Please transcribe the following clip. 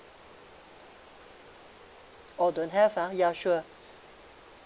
oh don't have ah ya sure